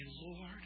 Lord